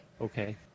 Okay